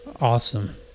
awesome